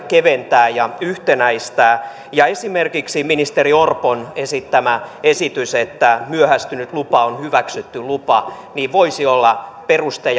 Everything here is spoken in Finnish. keventää ja yhtenäistää esimerkiksi ministeri orpon esitys että myöhästynyt lupa on hyväksytty lupa voisi olla peruste